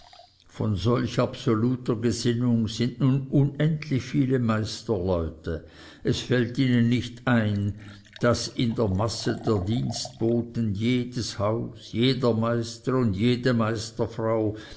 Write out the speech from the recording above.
von solch absoluter gesinnung sind nun unendlich viele meisterleute es fällt ihnen nicht ein daß in der masse der dienstboten jedes haus jeder meister und jede